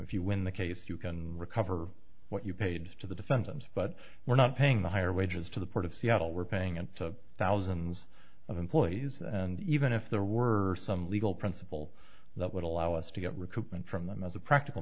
if you win the case you can recover what you paid to the defendant but we're not paying the higher wages to the port of seattle we're paying and thousands of employees and even if there were some legal principle that would allow us to get recoupment from them as a practical